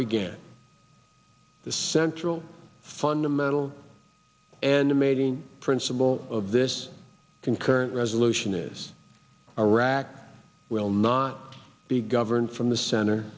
began the central fundamental animating principle of this concurrent resolution is iraq will not be governed from the cent